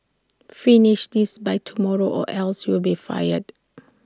finish this by tomorrow or else you'll be fired